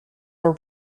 were